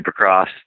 Supercross